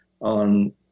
on